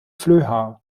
flöha